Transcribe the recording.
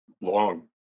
long